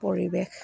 পৰিৱেশ